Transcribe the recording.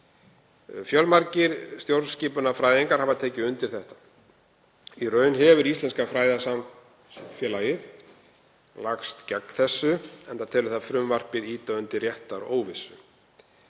Fjölmargir stjórnskipunarfræðingar hafa tekið undir þetta. Í raun hefur íslenska fræðasamfélagið lagst gegn þessu enda telur það frumvarpið ýta undir réttaróvissu.